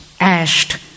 ashed